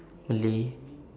malay